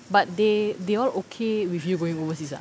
but they they all okay with you going overseas ah